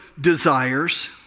desires